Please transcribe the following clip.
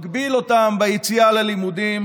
מגביל אותם ביציאה ללימודים,